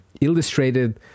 illustrated